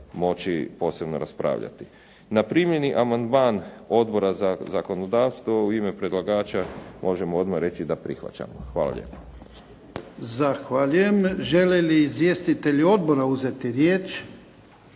moći posebno raspravljati. Na primjeni amandmana Odbora za zakonodavstvo u ime predlagača, možemo odmah reći da prihvaćamo. Hvala lijepo.